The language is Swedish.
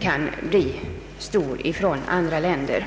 kan bli stor från andra länder.